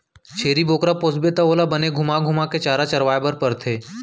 छेरी बोकरा पोसबे त ओला बने घुमा घुमा के चारा चरवाए बर परथे